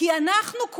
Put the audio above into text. כי אנחנו כולנו,